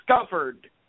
discovered